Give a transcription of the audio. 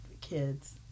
kids